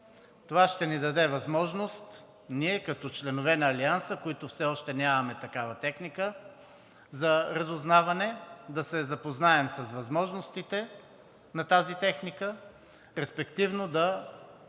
Това ще ни даде възможност ние като членове на Алианса, които все още нямаме такава техника за разузнаване, да се запознаем с възможностите на тази техника, респективно да